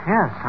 Yes